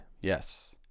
Yes